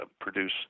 produce